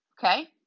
Okay